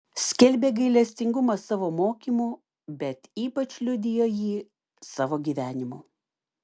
skelbė gailestingumą savo mokymu bet ypač liudijo jį savo gyvenimu